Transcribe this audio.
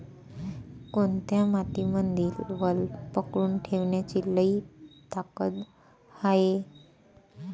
कोनत्या मातीमंदी वल पकडून ठेवण्याची लई ताकद हाये?